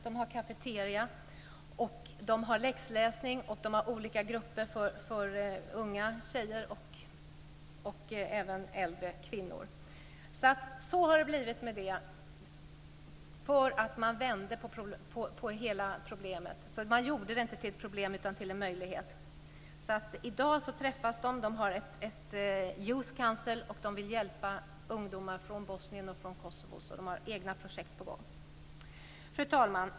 De har cafeteria, de har läxläsning och de har olika grupper för unga tjejer och även för äldre kvinnor. Så har det blivit med det eftersom man vände på hela problemet. Man gjorde det inte till ett problem utan till en möjlighet. I dag träffas man. Man har ett youth council. Man vill hjälpa ungdomar från Bosnien och från Kosovo. Man har egna projekt på gång. Fru talman!